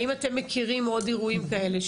האם אתם מכירים עוד אירועים כאלה,